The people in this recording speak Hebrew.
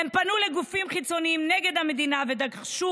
הם פנו לגופים חיצוניים נגד המדינה ודרשו